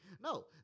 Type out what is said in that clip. No